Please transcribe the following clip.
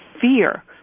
fear